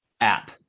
app